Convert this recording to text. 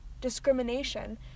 discrimination